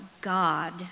God